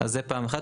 זה פעם אחת.